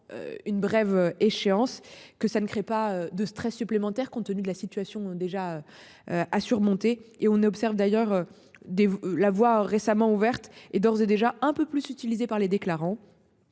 une brève échéance que ça ne crée pas de stress supplémentaire, compte tenu de la situation déjà. À surmonter et on observe d'ailleurs dès l'avoir récemment ouverte et d'ores et déjà un peu plus utilisé par les déclarants.